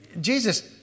Jesus